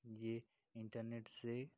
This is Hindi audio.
यह इंटरनेट से